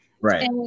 Right